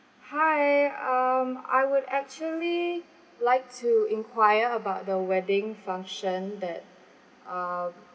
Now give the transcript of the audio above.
hi um I would actually like to enquire about the wedding function that um